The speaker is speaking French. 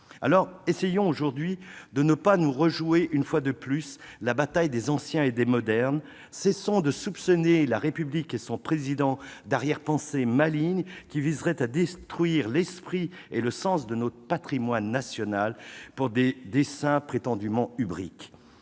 lors, essayons aujourd'hui de ne pas jouer, une fois de plus, la bataille des Anciens et des Modernes ; cessons de soupçonner la République et son Président d'arrière-pensées malignes, qui viseraient à détruire l'esprit et le sens de notre patrimoine national au nom de desseins prétendument hubristiques.